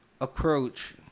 approach